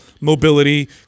mobility